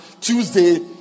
Tuesday